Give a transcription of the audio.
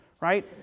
right